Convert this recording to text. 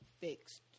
fixed